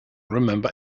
remember